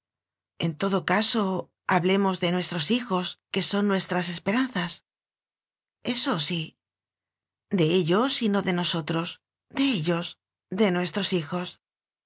en todo caso hablemos de nuestros hi jos que son nuestras esperanzas eso sil de ellos y no de nosotros de ellos de nuestros hijos